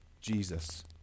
Jesus